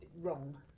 Wrong